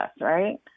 right